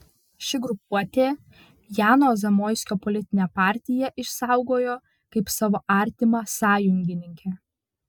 ši grupuotė jano zamoiskio politinę partiją išsaugojo kaip savo artimą sąjungininkę